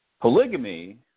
polygamy